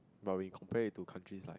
but when you compare to countries like